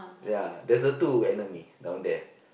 ya there's a two enemy down there